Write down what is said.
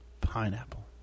pineapple